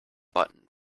button